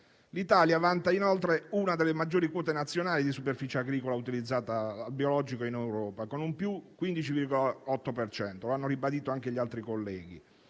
L'Italia vanta inoltre una delle maggiori quote nazionali di superficie agricola utilizzata nel biologico in Europa, con il 15,8 per cento, come hanno ribadito anche gli altri colleghi